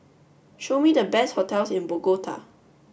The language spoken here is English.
show me the best hotels in Bogota